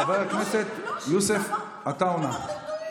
חבר הכנסת יוסף עטאונה.